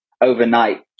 overnight